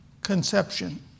conception